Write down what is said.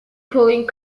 pulling